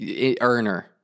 earner